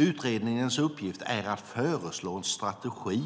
Utredningens uppgift är att föreslå en strategi